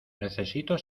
necesito